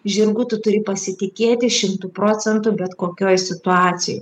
žirgu tu turi pasitikėti šimtu procentu bet kokioj situacijoj